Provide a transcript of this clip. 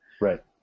Right